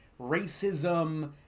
racism